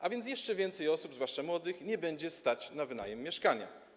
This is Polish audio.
A więc jeszcze więcej osób, zwłaszcza młodych, nie będzie stać na wynajem mieszkania.